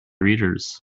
readers